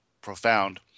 profound